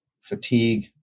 fatigue